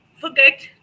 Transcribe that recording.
forget